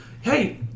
Hey